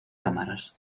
cámaras